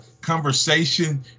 conversation